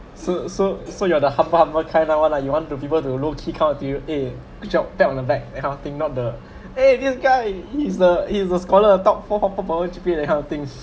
so so so you are the humble humble kinda one ah you want to people to low key kind of you eh good job that on the back that kind of thing not the eh this guy he is the he is the scholar top four pop~ that kind of things